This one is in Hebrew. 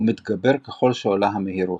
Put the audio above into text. ומתגבר ככל שעולה המהירות.